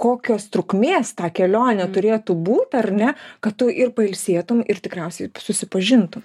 kokios trukmės tą kelionę turėtų būt ar ne kad tu ir pailsėtum ir tikriausiai susipažintum